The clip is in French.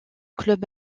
club